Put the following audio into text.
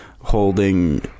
holding